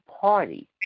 party